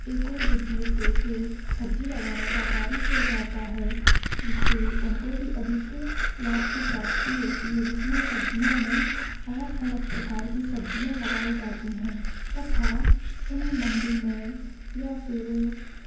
एक और बिजनेस जैसे सब्ज़ी लगाने का कार्य किया जाता है जिससे उनको भी अधिक लाभ की प्राप्ति होती है जिसमें सब्ज़ियों में अलग अलग प्रकार की सब्ज़ियाँ लगाई जाती हैं तथा उन्हें मंडी में या फिर